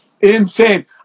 Insane